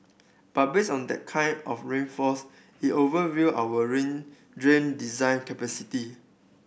but based on that kind of rainfalls it overwhelmed our rain drain design capacity